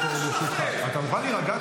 אתה מוכן להירגע?